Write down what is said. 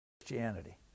Christianity